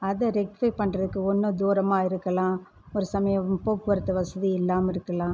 அதை ரெக்ட்டிஃபை பண்ணுறதுக்கு ஒன்று தூரமாக இருக்கலாம் ஒரு சமயம் போக்குவரத்து வசதி இல்லாமல் இருக்கலாம்